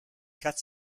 quatre